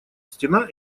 стена